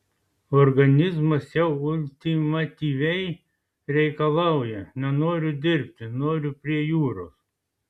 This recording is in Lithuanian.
organizmas jau ultimatyviai reikalauja nenoriu dirbti noriu prie jūros